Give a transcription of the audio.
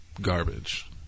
garbage